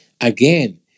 again